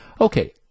Okay